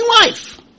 life